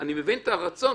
אני מבין את הרצון.